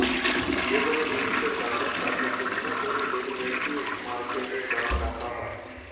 যে কোন জিনিসের দামের সাথে তুলনা করে ডেরিভেটিভ মার্কেটে দাম রাখা হয়